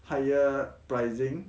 higher pricing